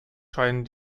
scheinen